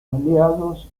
aliados